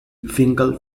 finkel